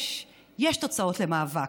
יש תוצאות למאבק.